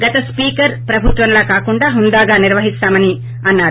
గత స్పీకర్ ప్రభుత్వంలా కాకుండా హుందాగా నిర్వహిస్తామన్నారు